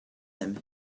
him